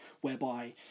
whereby